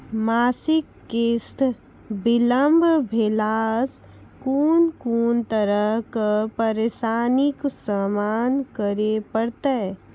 मासिक किस्त बिलम्ब भेलासॅ कून कून तरहक परेशानीक सामना करे परतै?